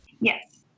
Yes